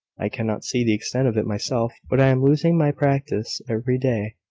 i cannot see the extent of it myself but i am losing my practice every day.